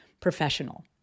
professional